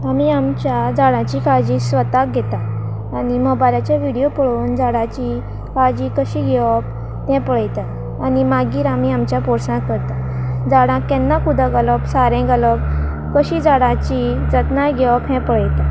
आमी आमच्या झाडाची काळजी स्वताक घेता आनी मोबायलाचे विडियो पळोवन झाडाची काळजी कशी घेवप तें पळयता आनी मागीर आमी आमच्या पोर्सां करता झाडांक केन्ना उदक घालप सारें घालप कशी झाडाची जतनाय घेवप हें पळयता